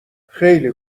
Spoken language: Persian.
خیلی